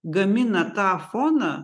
gamina tą foną